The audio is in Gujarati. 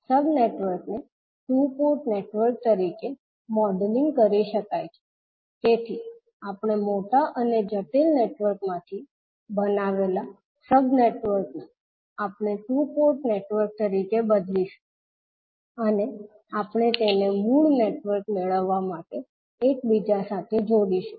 સબ નેટવર્ક્સ ને ટુ પોર્ટ નેટવર્ક્સ તરીકે મોડેલિંગ કરી શકાય છે તેથી આપણે મોટા અને જટિલ નેટવર્ક માંથી બનાવેલા સબ નેટવર્કને આપણે ટુ પોર્ટ નેટવર્ક તરીકે બદલીશું અને આપણે તેને મૂળ નેટવર્ક મેળવવા માટે એકબીજા સાથે જોડીશું